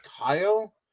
Kyle